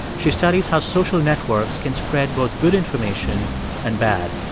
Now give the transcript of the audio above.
she studies how social networks can spread both good information and bad.